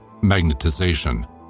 magnetization